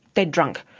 dead drunk.